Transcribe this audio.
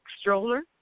Stroller